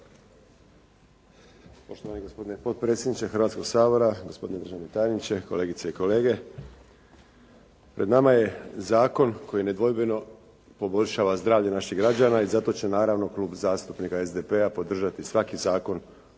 Poštovani gospodine potpredsjedniče Hrvatskog sabora, gospodine državni tajniče, kolegice i kolege pred nama je zakon koji nedvojbeno poboljšava zdravlje naših građana i zato će naravno Klub zastupnika SDP-a podržati svaki zakon